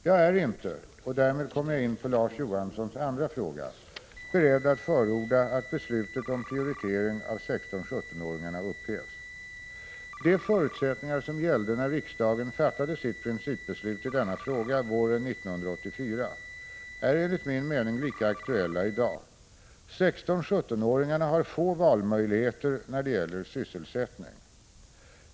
Jag är inte — och därmed kommer jag in på Larz Johanssons andra fråga — beredd att förorda att beslutet om prioritering av 16—17-åringarna upphävs. De förutsättningar som gällde när riksdagen fattade sitt principbeslut i denna fråga våren 1984 är enligt min mening lika aktuella i dag: 16 och 17-åringarna har få valmöjligheter när det gäller sysselsättning.